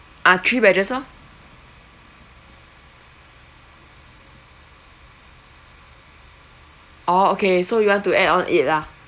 ah three wedges lor orh okay so you want to add on it lah